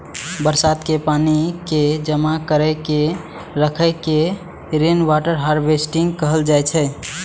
बरसात के पानि कें जमा कैर के राखै के रेनवाटर हार्वेस्टिंग कहल जाइ छै